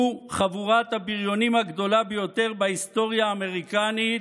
חבורת הבריונים הגדולה ביותר בהיסטוריה האמריקנית.